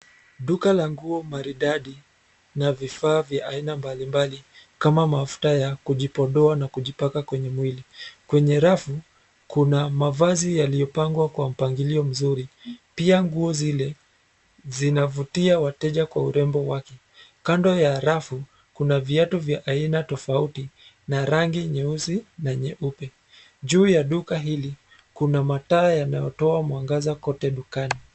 Duka la nguo maridadi na vifaa vya aina mbalimbali kama mafuta ya kujipodoa na kujipaka kwenye mwili. Kwenye rafu kuna mavazi yaliyo pangwa kwa mpangilio mzuri. Pia nguo zile zinavutia wateja kwa urembo wake. Kando ya rafu kuna viatu vya aina tofauti na rangi nyeusi na nyeupe. Juu ya duka hili kuna mataa yanayo toa mwangaza kote dukani.